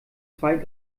zwei